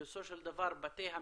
ובסופו של דבר בתי המשפט.